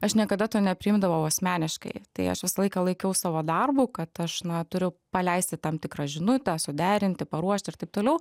aš niekada to nepriimdavau asmeniškai tai aš visą laiką laikiau savo darbu kad aš na turiu paleisti tam tikrą žinutę suderinti paruošti ir taip toliau